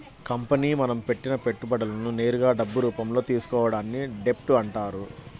company మనం పెట్టిన పెట్టుబడులను నేరుగా డబ్బు రూపంలో తీసుకోవడాన్ని డెబ్ట్ అంటారు